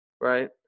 Right